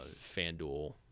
FanDuel